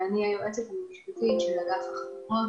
היועצת המשפטית של אגף החקירות,